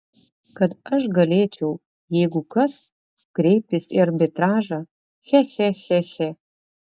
kad aš galėčiau jeigu kas kreiptis į arbitražą che che che che